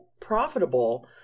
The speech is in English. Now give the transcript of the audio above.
profitable